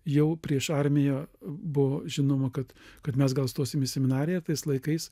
jau prieš armiją buvo žinoma kad kad mes gal stosim į seminariją tais laikais